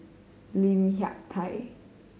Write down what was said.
Lim Hak Tai